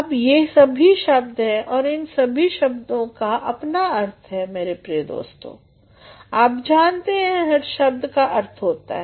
अब ये सभी शब्द हैं और इन शब्दों का अपना अर्थ है मेरे प्रिय दोस्तों आप जानते हैं हर शब्द का अर्थ होता है